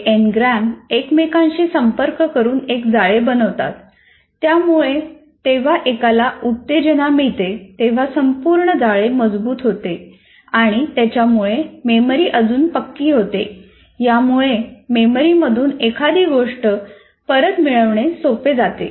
हे एनग्राम एकमेकांशी संपर्क करून एक जाळे बनवतात त्यामुळे तेव्हा एकाला उत्तेजना मिळते तेव्हा संपूर्ण जाळे मजबूत होते आणि त्याच्यामुळे मेमरी अजून पक्की होते यामुळे मेमरी मधून एखादी गोष्ट परत मिळवणे सोपे जाते